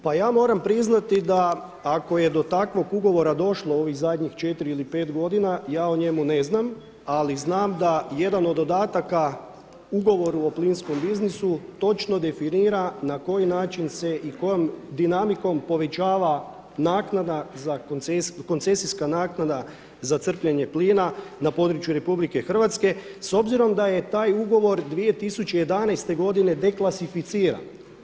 Pa ja moram priznati da ako je do takvog ugovora došlo u ovih zadnjih četiri ili pet godina ja o njemu ne znam, ali znam da jedan od dodataka ugovoru o plinskom biznisu točno definira na koji način se i kojom dinamikom povećava naknada, koncesijska naknada za crpljenje plina na području Republike Hrvatske s obzirom da je taj ugovor 2011. godine deklasificiran.